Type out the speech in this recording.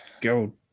go